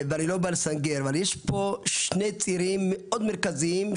יש פה שני צירים מאוד מרכזיים,